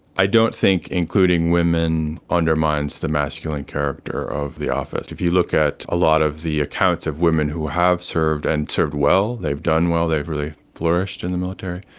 i don't think including women undermines the masculine character of the office. if you look at a lot of the accounts of women who have served and served well, they've done well, they've really flourished in the military,